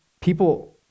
people